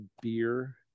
beer